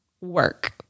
work